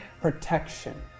protection